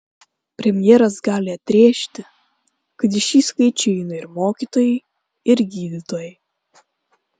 premjeras gali atrėžti kad į šį skaičių įeina ir mokytojai ir gydytojai